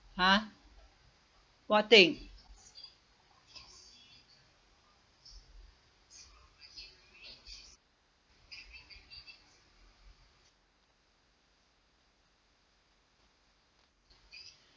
ha what thing